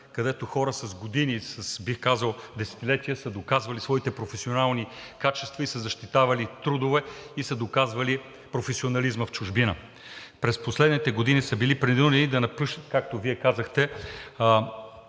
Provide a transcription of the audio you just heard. където хора с години, бих казал, с десетилетия са доказвали своите професионални качества, защитавали са трудове и са доказвали професионализма си в чужбина. През последните години са били принудени да напуснат, както Вие казахте,